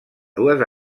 dues